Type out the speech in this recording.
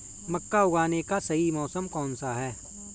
मक्का उगाने का सही मौसम कौनसा है?